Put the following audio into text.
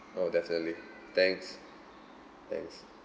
oh definitely thanks thanks